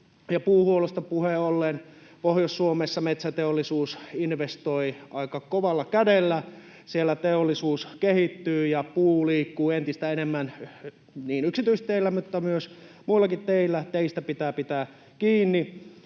Puunhuollosta puheen ollen Pohjois-Suomessa metsäteollisuus investoi aika kovalla kädellä. Siellä teollisuus kehittyy ja puu liikkuu entistä enemmän niin yksityisteillä kuin myös muillakin teillä. Teistä pitää pitää kiinni.